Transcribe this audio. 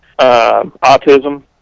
autism